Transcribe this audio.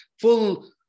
full